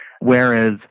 Whereas